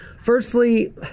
Firstly